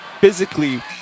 physically